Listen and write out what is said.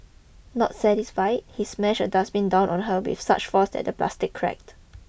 not satisfied he smashed a dustbin down on her with such force that the plastic cracked